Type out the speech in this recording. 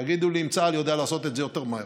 תגידו לי אם צה"ל יודע לעשות את זה יותר מהר,